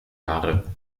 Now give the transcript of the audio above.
jahre